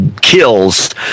kills